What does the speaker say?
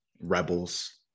Rebels